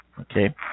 okay